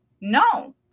no